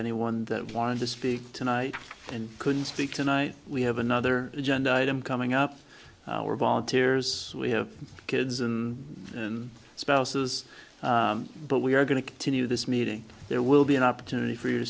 anyone that wanted to speak tonight and couldn't speak tonight we have another agenda item coming up we're volunteers we have kids and and spouses but we are going to continue this meeting there will be an opportunity for